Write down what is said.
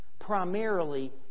primarily